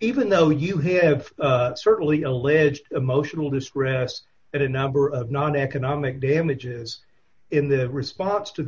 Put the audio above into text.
even though you have certainly alleged emotional distress at a number of non economic damages in the response to the